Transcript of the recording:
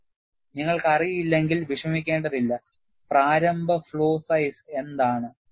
അതിനാൽ നിങ്ങൾക്ക് അറിയില്ലെങ്കിൽ വിഷമിക്കേണ്ടതില്ല പ്രാരംഭ ഫ്ലോ സൈസ് എന്താണ്